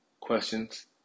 questions